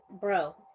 bro